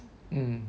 mm